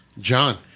John